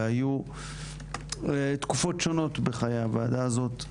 והיו תקופות שונות בחיי הוועדה הזאת,